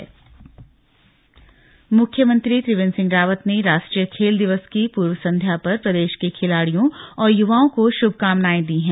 संदेश मुख्यमंत्री त्रिवेन्द्र सिंह रावत ने राष्ट्रीय खेल दिवस की पूर्व संध्या पर प्रदेश के खिलाड़ियों और युवाओं को श्भकामनाएं दी हैं